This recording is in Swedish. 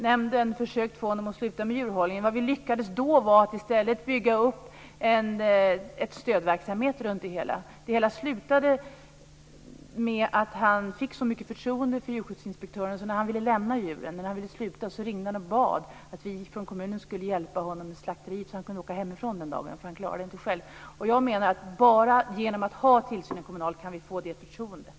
Nämnden hade försökt att få honom att sluta med djurhållning, men i stället lyckades vi bygga upp en stödverksamhet kring djurägaren. Det hela slutade med att djurägaren fick ett mycket stort förtroende för djurskyddsinspektören. När han ville upphöra med djurhållningen ringde han och bad att vi från kommunen skulle hjälpa honom att ta djuren till slakt, så att han kunde hålla sig hemifrån den dagen, för han klarade inte detta själv. Jag anser att man bara kan bygga upp det förtroendet om tillsynen är kommunal.